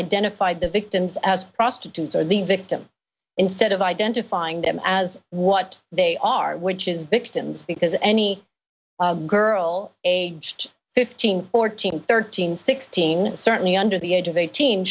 identified the victims as prostitutes or the victim instead of identifying them as what they are which is victims because any girl aged fifteen fourteen thirteen sixteen certainly under the age of eighteen